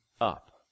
up